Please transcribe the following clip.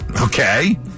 Okay